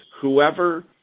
whoever